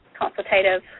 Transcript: consultative